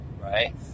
right